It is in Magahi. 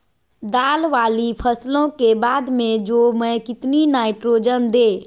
दाल वाली फसलों के बाद में जौ में कितनी नाइट्रोजन दें?